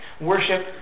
Worship